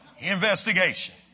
investigation